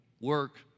work